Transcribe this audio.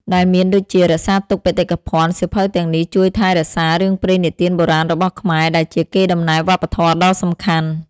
ដែលមានដូចជា រក្សាទុកបេតិកភណ្ឌ សៀវភៅទាំងនេះជួយថែរក្សារឿងព្រេងនិទានបុរាណរបស់ខ្មែរ ដែលជាកេរដំណែលវប្បធម៌ដ៏សំខាន់។